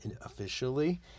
officially